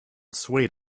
swayed